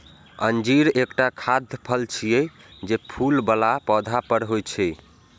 अंजीर एकटा खाद्य फल छियै, जे फूल बला पौधा पर होइ छै